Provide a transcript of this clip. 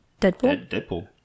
Deadpool